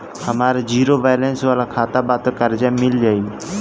हमार zero balance वाला खाता बा त कर्जा मिल जायी?